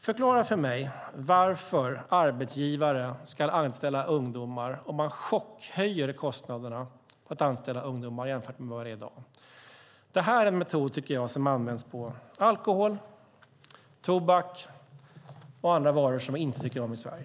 Förklara för mig varför arbetsgivare ska anställa ungdomar om man chockhöjer kostnaderna för att anställa ungdomar jämfört med i dag. Det är en metod som används på alkohol, tobak och andra varor som vi inte tycker om i Sverige.